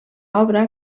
obra